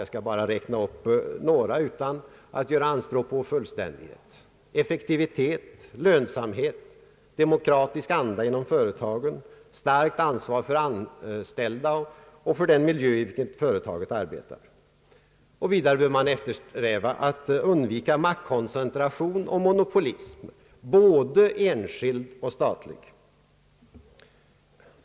Jag skall bara räkna upp några utan anspråk på fullständighet: effektivitet, lönsamhet, demokratisk anda inom företagen och starkt ansvar för de anställda och för den miljö i vilken företaget arbetar. Vidare bör man eftersträva att undvika maktkoncentration och monopolism, både enskild och statlig.